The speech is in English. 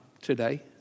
today